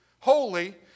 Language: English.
holy